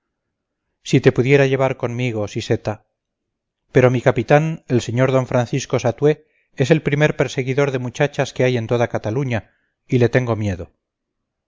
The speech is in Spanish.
si te pudiera llevar conmigo siseta pero mi capitán el sr d francisco satué es el primer perseguidor de muchachas que hay en toda cataluña y le tengo miedo